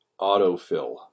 autofill